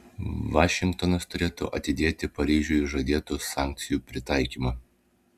vašingtonas turėtų atidėti paryžiui žadėtų sankcijų pritaikymą